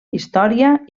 història